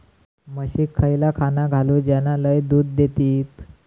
म्हशीक खयला खाणा घालू ज्याना लय दूध देतीत?